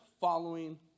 following